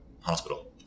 hospital